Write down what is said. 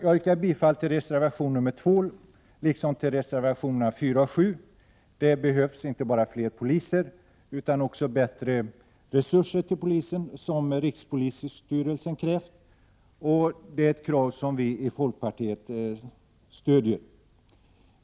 Jag yrkar bifall till reservation nr 2 liksom till reservationerna nr 4 och 7. Det behövs inte bara fler poliser utan också bättre resurser till polisen. Detta har rikspolisstyrelsen krävt, och det är ett krav som vi i folkpartiet stödjer.